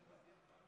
גברתי היושבת-ראש,